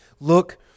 Look